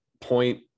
point